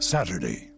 Saturday